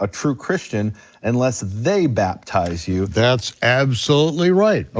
a true christian unless they baptize you. that's absolutely right, ah